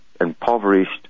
impoverished